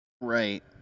Right